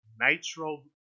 nitro